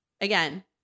again